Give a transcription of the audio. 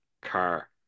car